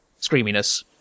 screaminess